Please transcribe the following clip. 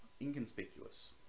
Inconspicuous